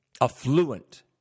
affluent